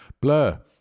blur